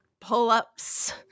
pull-ups